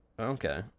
okay